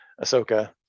ahsoka